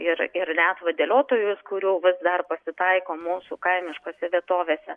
ir ir net vadeliotojus kurių vis dar pasitaiko mūsų kaimiškose vietovėse